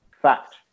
fact